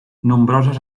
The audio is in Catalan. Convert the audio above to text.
nombroses